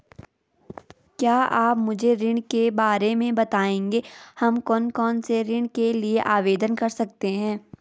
क्या आप मुझे ऋण के बारे में बताएँगे हम कौन कौनसे ऋण के लिए आवेदन कर सकते हैं?